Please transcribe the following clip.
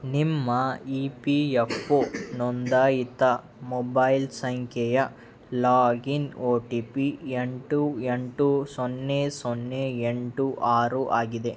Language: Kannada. ನಿಮ್ಮ ಈ ಪಿ ಎಫ್ ಓ ನೋಂದಾಯಿತ ಮೊಬೈಲ್ ಸಂಖ್ಯೆಯ ಲಾಗಿನ್ ಓ ಟಿ ಪಿ ಎಂಟು ಎಂಟು ಸೊನ್ನೆ ಸೊನ್ನೆ ಎಂಟು ಆರು ಆಗಿದೆ